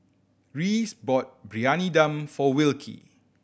Rhys bought Briyani Dum for Wilkie